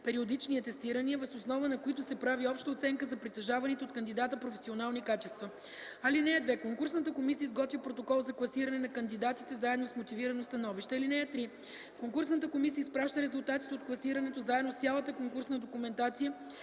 периодични атестирания, въз основа на които се прави обща оценка за притежаваните от кандидата професионални качества. (2) Конкурсната комисия изготвя протокол за класиране на кандидатите заедно с мотивирано становище. (3) Конкурсната комисия изпраща резултатите от класирането заедно с цялата конкурсна документация